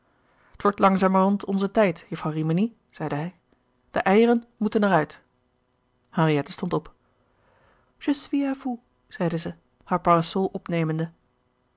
wordt langzamerhand onze tijd jufvrouw rimini zeide hij de eieren moeten er uit henriette stond op je suis à vous zeide ze haar parasol opnemende